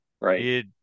Right